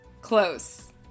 Close